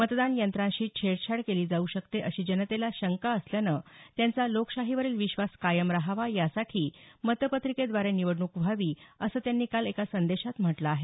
मतदान यंत्रांशी छेडछाड केली जाऊ शकते अशी जनतेला शंका असल्यानं त्यांचा लोकशाहीवरील विश्वास कायम रहावा यासाठी मतपत्रिकेद्वारे निवडणूक व्हावी असं त्यांनी काल एका संदेशात म्हटलं आहे